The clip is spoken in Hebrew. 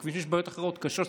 בכבישים יש בעיות אחרות קשות,